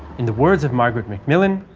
in the words of margaret macmillan,